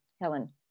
Helen